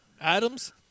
Adams